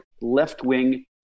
left-wing